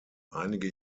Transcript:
einige